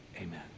Amen